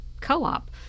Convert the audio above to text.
co-op